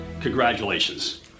Congratulations